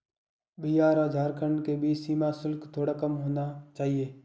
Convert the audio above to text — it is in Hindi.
बिहार और झारखंड के बीच सीमा शुल्क थोड़ा कम होना चाहिए